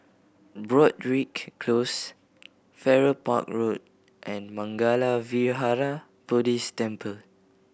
Broadrick Close Farrer Park Road and Mangala Vihara Buddhist Temple